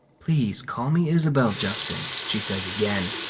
please call me isabel, justin, she says again.